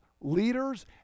leaders